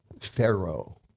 Pharaoh